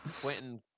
Quentin